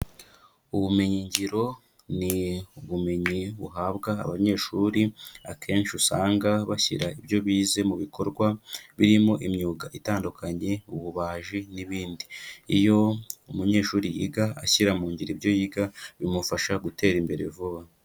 Ubumenyigiro ni ubumenyi buhabwa abanyeshuri, akenshi usanga bashyira ibyo bize mu bikorwa, birimo imyuga itandukanye, ububaji n'ibindi. Iyo umunyeshuri yiga ashyira mu ngiro ibyo yiga, bimufasha gutera imbere vuba.